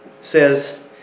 says